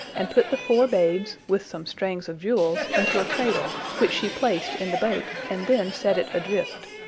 and put the four babes, with some strings of jewels, into a cradle, which she placed in the boat, and then set it adrift.